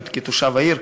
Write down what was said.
גם כתושב העיר,